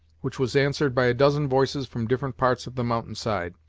which was answered by a dozen voices from different parts of the mountainside.